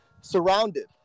surrounded